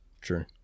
Sure